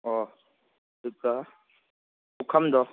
ꯑꯣ ꯑꯗꯨꯒ ꯄꯨꯈꯝꯗꯣ